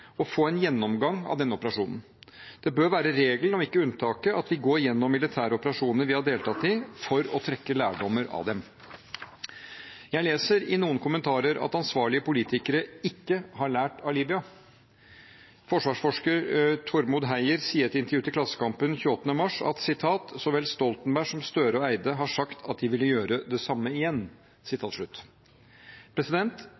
å få en gjennomgang av denne operasjonen. Det bør være regelen og ikke unntaket at vi går igjennom militære operasjoner vi har deltatt i, for å trekke lærdommer av dem. Jeg leser i noen kommentarer at ansvarlige politikere ikke har lært av Libya. Forsvarsforsker Tormod Heier sier i et intervju til Klassekampen den 28. mars: «Så vel Jens Stoltenberg som Jonas Gahr Støre og Espen Barth Eide har sagt at de ville gjort det samme igjen.»